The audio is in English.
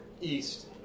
east